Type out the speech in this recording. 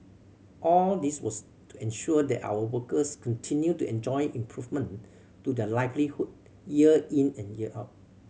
all this was to ensure that our workers continued to enjoy improvement to their livelihood year in and year out